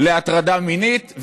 להטרדה מינית.